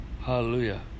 Hallelujah